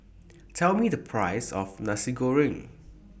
Tell Me The Price of Nasi Goreng